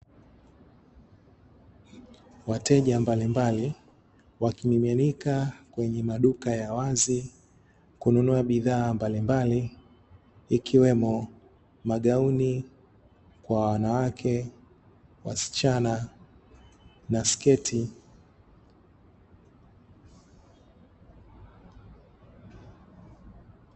Wateja mbalimbali wakimiminika kwenye maduka ya wazi kununua bidhaa mbalimbali ikiwemo, magauni kwa wanawake, wasichana na sketi.